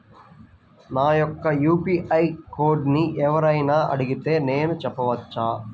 నా యొక్క యూ.పీ.ఐ కోడ్ని ఎవరు అయినా అడిగితే నేను చెప్పవచ్చా?